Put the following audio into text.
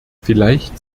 vielleicht